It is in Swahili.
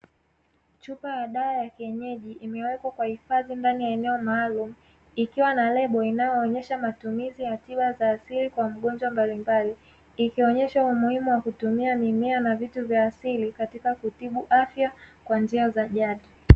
Chupa la dawa ya kienyeji, imewekwa kwa hifadhi ndani ya eneo maalum ikiwa na lebo inayoonyesha matumizi ya hatua za asili kwa mgonjwa mbalimbali ikionyesha umuhimu wa kutumia mimea na vitu vya asili katika kutibu afya kwa njia za jadi.